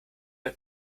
der